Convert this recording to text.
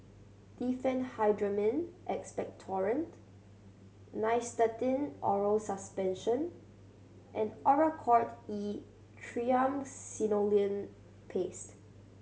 Diphenhydramine Expectorant Nystatin Oral Suspension and Oracort E Triamcinolone Paste